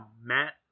Matt